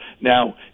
now